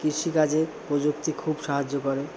কৃষিকাজে প্রযুক্তি খুব সাহায্য করে